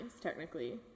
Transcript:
technically